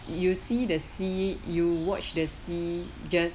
you see the see you watch the sea just